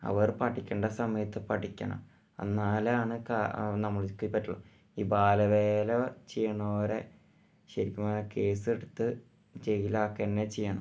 അവര് പഠിക്കേണ്ട സമയത്ത് പഠിക്കണം എന്നാലാണ് നമ്മള്ക്ക് പറ്റുള്ളൂ ഈ ബാലവേല ചെയ്യണോരെ ശരിക്കും പറഞ്ഞാൽ കേസെടുത്ത് ജയിലാക്കന്നെ ചെയ്യണം